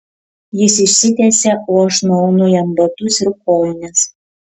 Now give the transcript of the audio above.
jis išsitiesia o aš nuaunu jam batus ir kojines